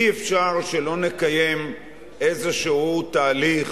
אי-אפשר שלא נקיים איזה תהליך